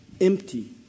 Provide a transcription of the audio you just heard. empty